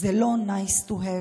זה לא Nice to have.